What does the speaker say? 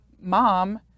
mom